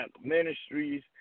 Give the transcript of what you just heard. Ministries